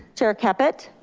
chair caput?